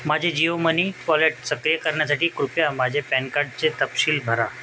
माझे Jio money wallet सक्रिय करण्यासाठी कृपया माझे पॅन कार्डचे तपशील भरा